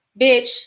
Bitch